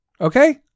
Okay